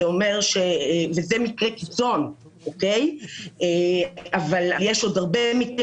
וזה מקרה קיצון אבל יש עוד הרבה מקרים